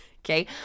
Okay